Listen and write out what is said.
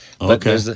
okay